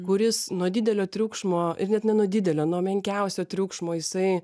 kuris nuo didelio triukšmo ir net ne nuo didelio nuo menkiausio triukšmo jisai